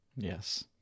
Yes